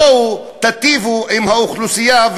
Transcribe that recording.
בואו תיטיבו עם האוכלוסייה,